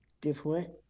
different